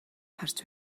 харж